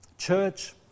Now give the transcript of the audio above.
Church